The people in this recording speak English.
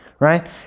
Right